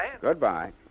Goodbye